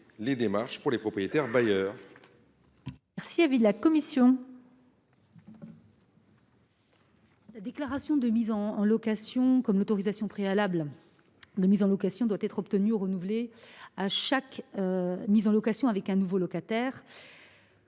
les démarches pour les propriétaires bailleurs. Quel est l’avis de la commission ? La déclaration de mise en location, comme l’autorisation préalable de mise en location (APML), doit être obtenue ou renouvelée à chaque mise en location avec un nouveau locataire.